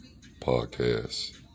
podcast